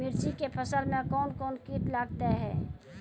मिर्ची के फसल मे कौन कौन कीट लगते हैं?